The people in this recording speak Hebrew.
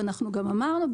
וגם אמרנו,